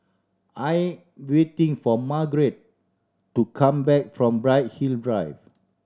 I waiting for Marget to come back from Bright Hill Drive